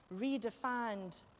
redefined